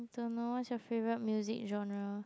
don't know what's your favourite music genre